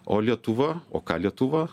o lietuva o ką lietuva